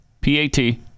P-A-T